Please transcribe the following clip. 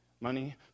Money